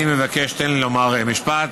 אני מבקש, תן לי לומר משפט.